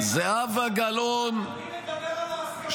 זהבה גלאון --- אדוני מדבר על ההסכמות של נתניהו לרדת מהגולן?